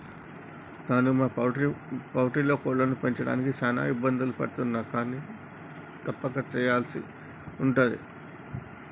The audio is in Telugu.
నాను మా పౌల్ట్రీలో కోళ్లను పెంచడానికి చాన ఇబ్బందులు పడుతున్నాను కానీ తప్పక సెయ్యల్సి ఉంటది